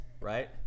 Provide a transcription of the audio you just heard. right